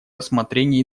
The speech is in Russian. рассмотрении